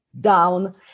down